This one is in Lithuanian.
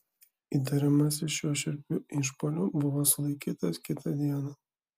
įtariamasis šiuo šiurpiu išpuoliu buvo sulaikytas kitą dieną